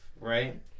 right